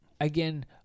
again